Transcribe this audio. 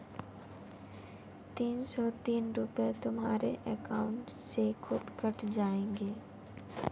तीन सौ तीस रूपए तुम्हारे अकाउंट से खुद कट जाएंगे